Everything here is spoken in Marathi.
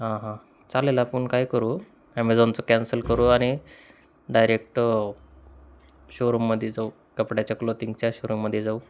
हां हां चालेल आपण काय करू ॲमेझॉनचं कॅन्सल करू आणि डायरेक्ट शोरूममध्ये जाऊ कपड्याच्या क्लोथिंगच्या शोरूमध्ये जाऊ